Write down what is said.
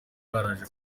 baje